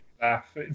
laugh